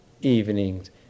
evenings